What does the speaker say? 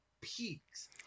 peaks